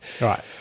Right